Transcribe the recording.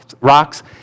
rocks